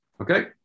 Okay